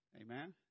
Amen